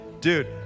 Dude